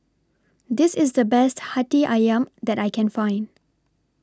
This IS The Best Hati Ayam that I Can Find